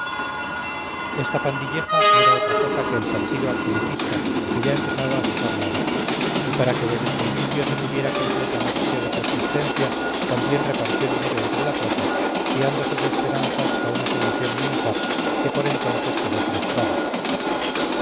esta pandilleja no era otra cosa que el partido absolutista que ya empezaba a sacar la oreja y para que desde el principio se tuviera completa noticia de su existencia también repartió dinero entre la tropa fiando sus esperanzas a una sedición militar que por entonces quedó frustrada